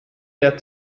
der